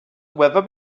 weather